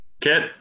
Kit